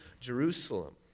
Jerusalem